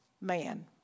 man